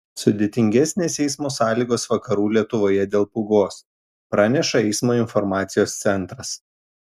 sudėtingesnės eismo sąlygos vakarų lietuvoje dėl pūgos praneša eismo informacijos centras